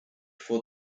for